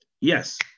yes